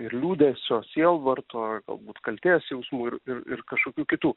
ir liūdesio sielvarto galbūt kaltės jausmų ir ir ir kažkokių kitų